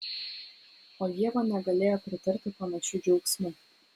o ieva negalėjo pritarti panašiu džiaugsmu